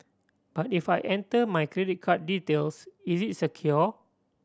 but if I enter my credit card details is it secure